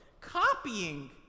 Copying